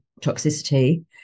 toxicity